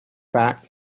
fact